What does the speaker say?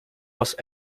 was